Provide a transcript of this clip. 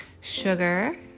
sugar